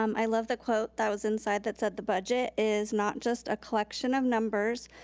um i love the quote that was inside that said the budget is not just a collection of numbers,